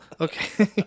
Okay